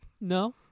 No